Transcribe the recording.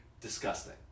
disgusting